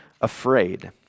afraid